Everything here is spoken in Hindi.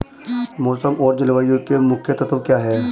मौसम और जलवायु के मुख्य तत्व क्या हैं?